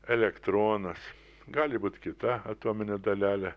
elektronas gali būt kita atominė dalelė